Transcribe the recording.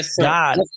God